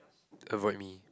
avoid me